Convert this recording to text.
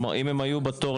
כלומר אם הם היו בתור,